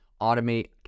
automate